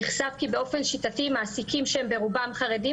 נחשף כי באופן שיטתי מעסיקים שהם ברובם חרדים